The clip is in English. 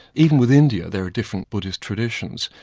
even with india there are different buddhist traditions,